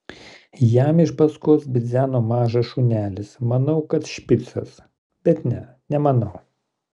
jam iš paskos bidzeno mažas šunelis manau kad špicas bet ne nemanau